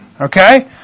Okay